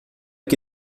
que